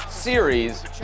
Series